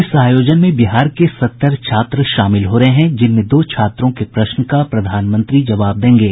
इस आयोजन में बिहार के सत्तर छात्र शामिल हो रहे हैं जिनमें दो छात्रों के प्रश्न का प्रधानमंत्री नरेन्द्र मोदी जवाब देंगे